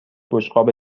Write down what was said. بشقاب